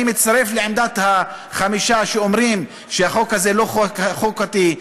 אני מצטרף לעמדת החמישה שאומרים שהחוק הזה לא חוקתי,